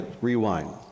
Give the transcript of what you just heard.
rewind